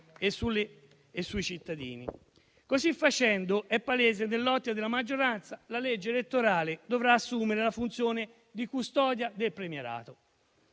e sui cittadini. Così facendo è palese, nell'ottica della maggioranza, che la legge elettorale dovrà assumere la funzione di custodia del premierato